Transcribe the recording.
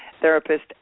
therapist